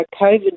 COVID